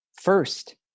First